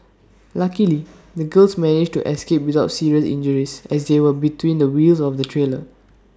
luckily the girls managed to escape without serious injuries as they were between the wheels of the trailer